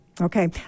okay